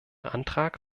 antrag